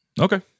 Okay